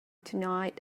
tonight